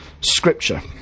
Scripture